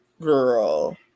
girl